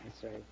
sorry